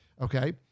Okay